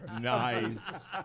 nice